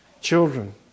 children